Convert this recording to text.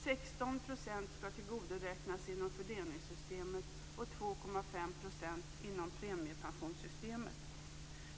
16 % skall tillgodoräknas inom fördelningsystemet och 2,5 % inom premiepensionssystemet.